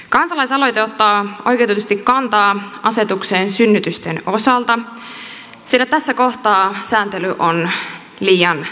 kansalaisaloite ottaa oikeutetusti kantaa asetukseen synnytysten osalta sillä tässä kohtaa sääntely on liian tiukkaa